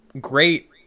great